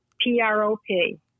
P-R-O-P